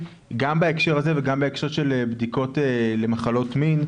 גם בהקשר הזה וגם בהקשר של בדיקות למחלות מין,